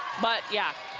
but, yeah.